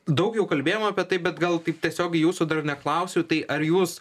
daug jau kalbėjom apie tai bet gal taip tiesiogiai jūsų dar neklausiau tai ar jūs